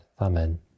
Amen